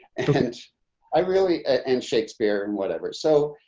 and i really, and shakespeare and whatever. so